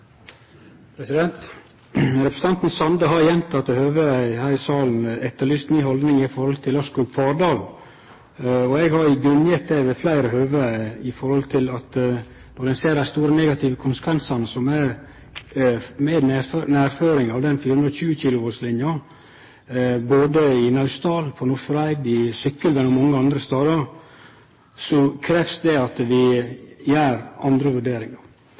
Representanten Sande har ved gjentekne høve her i salen etterlyst mi haldning i forhold til Ørskog–Fardal. Eg har grunngjeve dette ved fleire høve. Når vi ser dei store negative konsekvensane av nærføring av den 420 kV-linja både i Naustdal, på Nordfjordeid, i Sykkylven og nokre andre stader, krev det at vi gjer andre vurderingar.